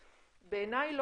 בעיניי,